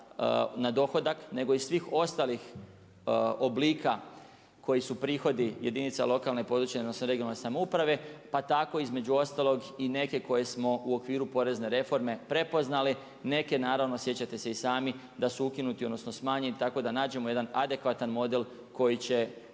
na dohodak nego i svih ostalih oblika koji su prihodi jedinica lokalne (regionalne) i područne samouprave, pa tako između ostalog i neke koje smo u okviru porezne reforme prepoznali, neke naravno sjećate se i sami da su ukinuti odnosno smanjeni tako da nađemo jedan adekvatan model koji će